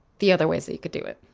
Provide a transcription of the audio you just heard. the other ways that you could do it.